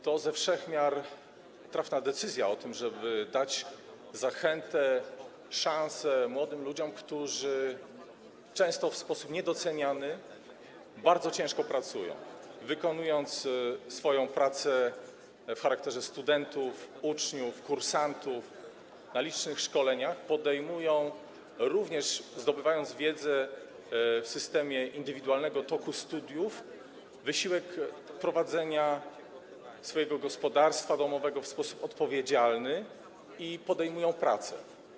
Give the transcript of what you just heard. To ze wszech miar trafna decyzja o tym, żeby dać zachętę, szansę młodym ludziom, którzy często, niedoceniani, bardzo ciężko pracują, wykonując swoją pracę w charakterze studentów, uczniów, kursantów na licznych szkoleniach, podejmują, również zdobywając wiedzę w systemie indywidualnego toku studiów, wysiłek prowadzenia swojego gospodarstwa domowego w sposób odpowiedzialny i podejmują pracę.